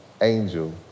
angel